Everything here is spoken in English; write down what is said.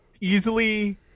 easily